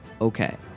okay